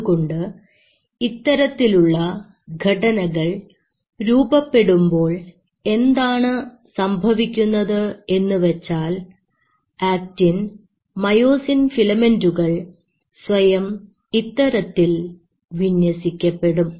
അതുകൊണ്ട് ഇത്തരത്തിലുള്ള ഘടനകൾ രൂപപ്പെടുമ്പോൾ എന്താണ് സംഭവിക്കുന്നത് എന്നുവെച്ചാൽ ആക്ടിൻ മയോസിൻ ഫിലമെന്റുകൾ സ്വയം ഇത്തരത്തിൽ വിന്യസിക്കപ്പെടും